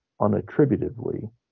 unattributively